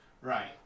Right